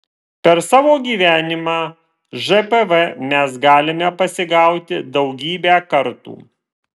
per savo gyvenimą žpv mes galime pasigauti daugybę kartų